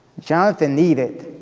jonathan needed